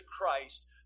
Christ